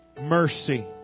mercy